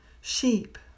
Sheep